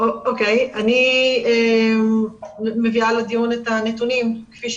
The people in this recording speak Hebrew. אני מביאה לדיון את הנתונים.